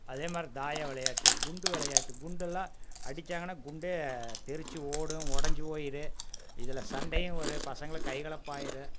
அதேமாதிரி தாயம் விளையாட்டு குண்டு விளையாட்டு குண்டெலாம் அடித்தாங்கன்னா குண்டே தெரித்து ஓடும் உடஞ்சு போயிடும் இதில் சண்டையும் வரும் பசங்களுக்கு கைகலப்பாகிரும்